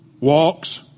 Walks